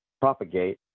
propagate